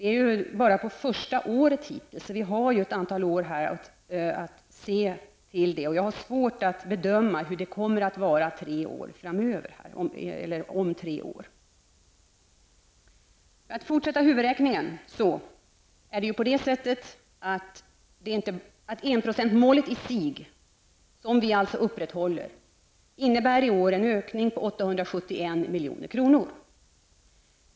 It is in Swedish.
Vi är på första året och har några år att se på utvecklingen. Jag har svårt att bedöma hur det kommer att vara om tre år. För att fortsätta huvudräkningen: enprocentsmålet som vi alltså upprätthåller innebär i år en ökning på 871 milj.kr.